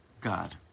God